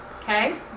Okay